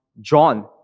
John